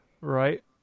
right